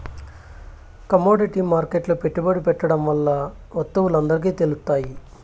commodity మార్కెట్లో పెట్టుబడి పెట్టడం వల్ల వత్తువులు అందరికి తెలుత్తాయి